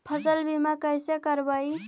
फसल बीमा कैसे करबइ?